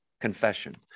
confession